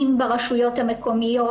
אם בראשויות המקומיות,